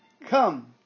come